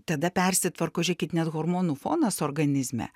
tada persitvarko žiūrėkit net hormonų fonas organizme